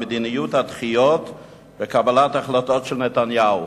מדיניות הדחיות בקבלת החלטות של נתניהו.